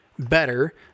better